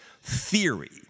theory